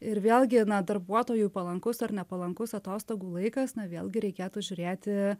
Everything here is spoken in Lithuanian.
ir vėl gi na darbuotojui palankus ar nepalankus atostogų laikas na vėlgi reikėtų žiūrėti